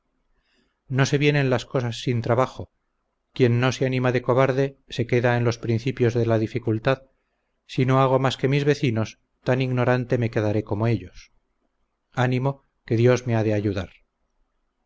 no se vienen las cosas sin trabajo quien no se anima de cobarde se queda en los principios de la dificultad si no hago más que mis vecinos tan ignorante me quedaré como ellos ánimo que dios me ha de ayudar